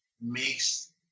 makes